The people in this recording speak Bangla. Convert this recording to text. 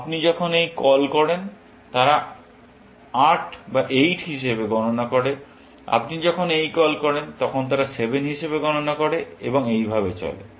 আপনি যখন এই কল করেন তারা 8 হিসাবে গণনা করে আপনি যখন এই কল করেন তখন তারা 7 হিসাবে গণনা করে এবং এই ভাবে চলে